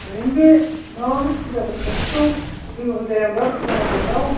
ओरैनो बे माबाफोर फुजाफोर खाथिफ्राव फैबाबो जाया होम्बा फुजा नायथावथाव